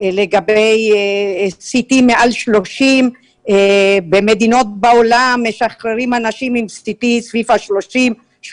לגבי CT מעל 30. במדינות בעולם משחררים אנשים עם CT סביב ה-30-32.